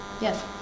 Yes